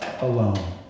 alone